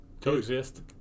Coexist